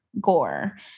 gore